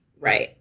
Right